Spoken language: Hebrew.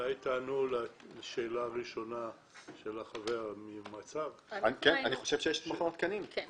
אולי תענו לשאלה הראשונה של החבר ממצ"ב, מה